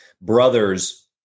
brother's